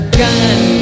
gun